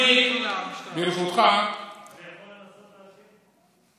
אני יכול לנסות להסביר?